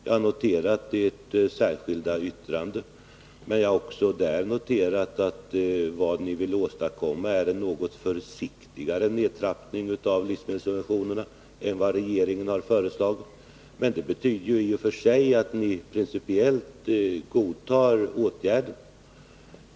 Jag har tagit del av socialdemokraternas särskilda yttrande och noterat att ni vill åstadkomma en något försiktigare nedtrappning av livsmedelssubventionerna än vad regeringen har föreslagit. Det betyder i och för sig att ni principiellt godtar åtgärden.